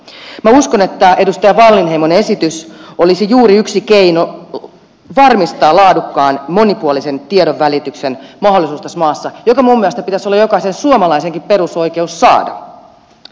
minä uskon että edustaja wallinheimon esitys olisi juuri yksi keino varmistaa tässä maassa laadukkaan monipuolisen tiedonvälityksen mahdollisuus jonka minun mielestäni pitäisi olla jokaisen suomalaisenkin perusoikeus saada